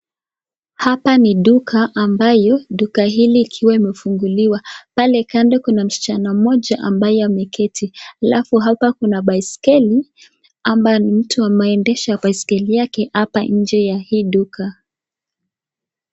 Hapa ni duka ambayo duka hili ikiwa imefunguliwa. Pale kando kuna msichana mmoja ambaye ameketi alafu hapa kuna baiskeli ama ni mtu anaendesha baiskeli yake hapa nje ya hii duka.